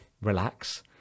relax